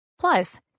Plus